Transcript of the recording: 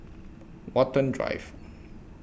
Watten Drive